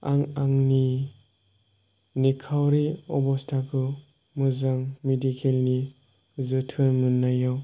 आं आंनि निखावरि अबस्थाखौ मोजां मिडिकेलनि जोथोन मोननायाव